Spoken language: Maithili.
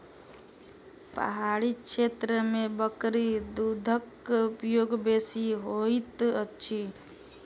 पहाड़ी क्षेत्र में बकरी दूधक उपयोग बेसी होइत अछि